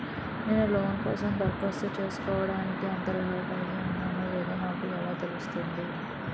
నేను లోన్ కోసం దరఖాస్తు చేసుకోవడానికి అర్హత కలిగి ఉన్నానో లేదో నాకు ఎలా తెలుస్తుంది?